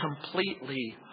completely